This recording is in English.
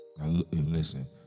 listen